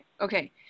Okay